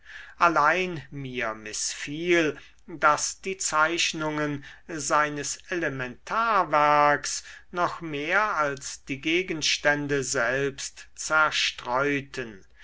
allein mir mißfiel daß die zeichnungen seines elementarwerks noch mehr als die gegenstände selbst zerstreuten